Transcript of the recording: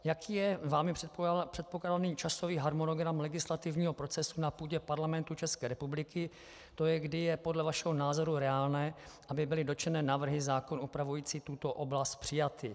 Jaký je vámi předpokládaný časový harmonogram legislativního procesu na půdě Parlamentu České republiky, tj. kdy je podle vašeho názoru reálné, aby byly dotčené návrhy zákonů upravující tuto oblast přijaty?